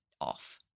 off